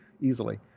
easily